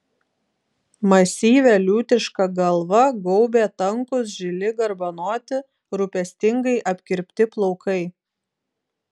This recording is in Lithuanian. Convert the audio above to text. masyvią liūtišką galva gaubė tankūs žili garbanoti rūpestingai apkirpti plaukai